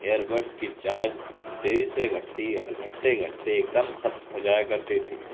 year buds کی charge تیزی سے گھٹتی اور گھٹتے گھٹتے ایک دم ختم ہو جایا کرتی تھی